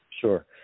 Sure